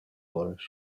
waters